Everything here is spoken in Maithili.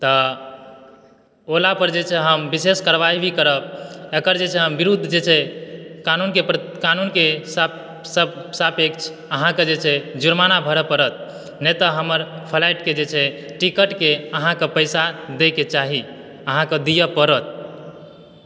तऽ ओला पर जे छै हम विशेष कार्रवाही भी करब एकर जे छै अहाँ विरुद्ध जे छै क़ानून के सापेक्ष अहाँके जे छै जुर्माना भरऽ परत नहि तऽ हमर फ़्लाइट के जे छै टिकेट के अहाँके पैसा दय के चाही अहाँक दीय परत